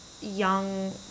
young